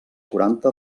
quaranta